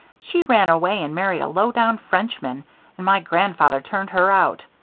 she ran away and married a low-down frenchman and my grandfather turned her out.